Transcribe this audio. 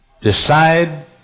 Decide